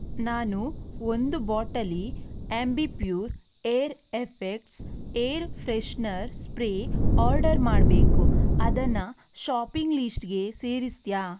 ನಾನು ಒಂದು ಬಾಟಲಿ Ambi Pur air effects air freshener spray order ಮಾಡಬೇಕು ಅದನ್ನು ಷಾಪಿಂಗ್ ಲಿಸ್ಟ್ಗೆ ಸೇರಿಸ್ತೀಯ